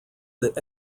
that